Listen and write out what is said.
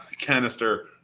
canister